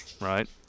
right